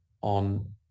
on